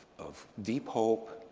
of deep hope,